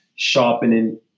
Sharpening